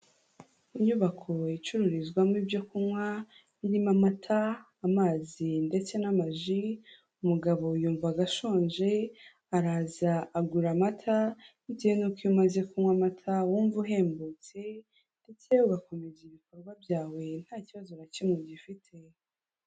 Inyubako icururizwamo ibyo kunywa irimo amata, amazi ndetse n'amaji, umugabo yumvaga ashonje araza agura amata bitewe n'uko iyo umaze kunywa amata wumva uhembutse ndetse ugakomeza ibikorwa byawe nta kibazo na kimwe ugifite.